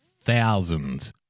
Thousands